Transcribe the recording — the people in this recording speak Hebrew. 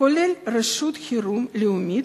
כולל רשות חירום לאומית,